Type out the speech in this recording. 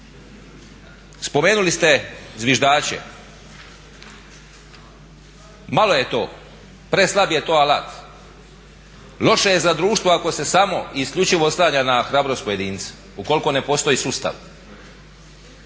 Spomenuli ste zviždače. Malo je to, preslab je to alat. Loše je za društvo ako se samo i isključivo oslanja na hrabrost pojedinca, ukoliko ne postoji sustav.